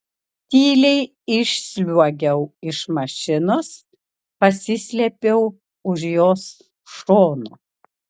tyliai išsliuogiau iš mašinos pasislėpiau už jos šono